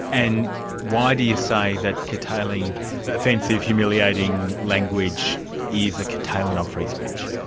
and why do you say that curtailing offensive, humiliating language is a curtailment on free speech?